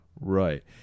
Right